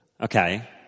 Okay